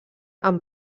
amb